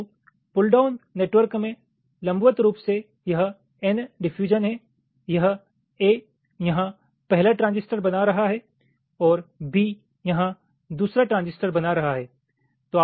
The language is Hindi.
तो पुल डाउन नेटवर्क में लंबवत रूप से यह n डिफ्यूजन है यह A यहां पहला ट्रांजिस्टर बना रहा है और B यहां दूसरा ट्रांजिस्टर बना रहा है